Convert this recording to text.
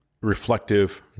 reflective